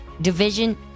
Division